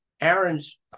Aaron's